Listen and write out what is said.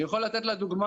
אני יכול לתת לה דוגמה.